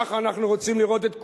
כך אנחנו רוצים לראות את כולם.